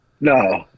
No